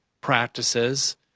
practices